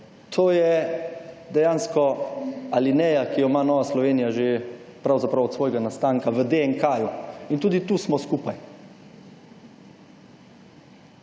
To je dejansko alineja, ki jo ima Nova Slovenija že pravzaprav od svojega nastanka v DNK. In tudi tu smo skupaj.